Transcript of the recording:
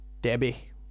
Debbie